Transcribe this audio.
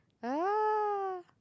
ah